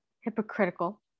hypocritical